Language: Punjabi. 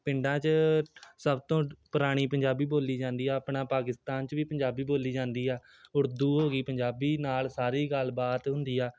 ਪਿੰਡਾਂ 'ਚ ਸਭ ਤੋਂ ਪੁਰਾਣੀ ਪੰਜਾਬੀ ਬੋਲੀ ਜਾਂਦੀ ਆ ਆਪਣਾ ਪਾਕਿਸਤਾਨ 'ਚ ਵੀ ਪੰਜਾਬੀ ਬੋਲੀ ਜਾਂਦੀ ਆ ਉਰਦੂ ਹੋ ਗਈ ਪੰਜਾਬੀ ਨਾਲ ਸਾਰੀ ਗੱਲਬਾਤ ਹੁੰਦੀ ਆ